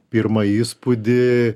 pirmą įspūdį